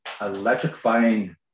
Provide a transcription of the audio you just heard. electrifying